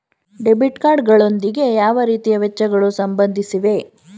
Debit card ಗಳೊಂದಿಗೆ ಯಾವ ರೀತಿಯ ವೆಚ್ಚಗಳು ಸಂಬಂಧಿಸಿವೆ?